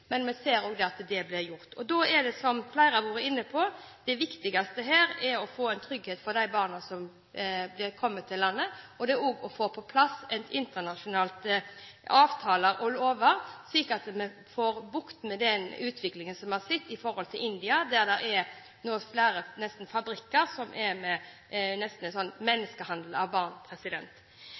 Men vi kan mene det, og Fremskrittspartiet ønsker ikke å åpne opp for at det skal bli lovlig med surrogati. Vi ser likevel at surrogati blir brukt. Da er, som flere har vært inne på, det viktigste å få en trygghet for de barna som er kommet til landet, og å få på plass internasjonale avtaler og lover, slik at vi får bukt med den utviklingen vi har sett i India, der det nå er flere «fabrikker» som nesten driver med menneskehandel av barn.